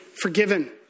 forgiven